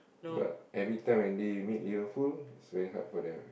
but every time when they meet Liverpool it's very hard for them